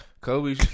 Kobe